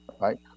Right